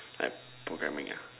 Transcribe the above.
like programming ah